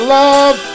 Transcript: love